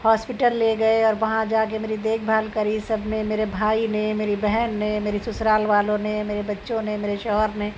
hospital لے گئے اور وہاں جا کے میری دیکھ بھال کری سب نے میرے بھائی نے میری بہن نے میرے سسرال والوں نے میرے بچوں نے میرے شوہر نے